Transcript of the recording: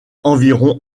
environ